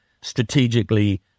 strategically